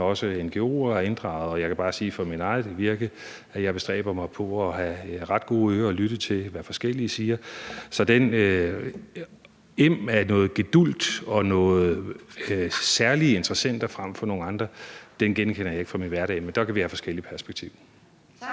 også er inddraget, og jeg kan for mit eget virke bare sige, at jeg bestræber mig på at have nogle ret gode ører og lytte til, hvad de forskellige siger. Så den em af, at der skulle være noget gedulgt og nogle særlige interessenter frem for nogle andre, genkender jeg ikke fra min hverdag. Men der kan vi jo have forskellige perspektiver.